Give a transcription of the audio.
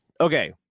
Okay